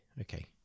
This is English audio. Okay